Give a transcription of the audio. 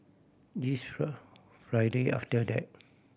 this Friday after that